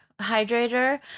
hydrator